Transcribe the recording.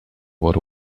what